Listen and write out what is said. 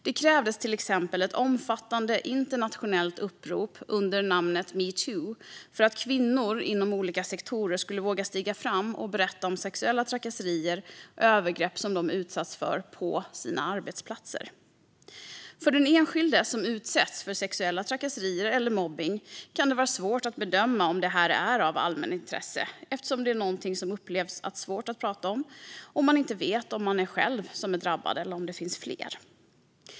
Det krävdes till exempel ett omfattande internationellt upprop under namnet metoo för att kvinnor inom olika sektorer skulle våga stiga fram och berätta om sexuella trakasserier och övergrepp som de utsatts för på sina arbetsplatser. För den enskilde som utsätts för sexuella trakasserier eller mobbning kan det vara svårt att bedöma om detta är av allmänintresse, eftersom det är någonting som upplevs som svårt att prata om och man inte vet om det bara är man själv som är drabbad eller om det finns fler.